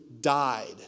died